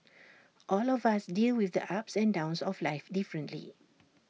all of us deal with the ups and downs of life differently